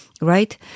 right